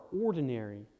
ordinary